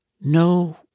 no